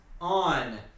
on